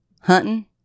Hunting